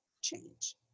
change